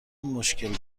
مشکل